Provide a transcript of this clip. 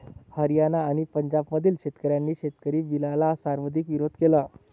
हरियाणा आणि पंजाबमधील शेतकऱ्यांनी शेतकरी बिलला सर्वाधिक विरोध केला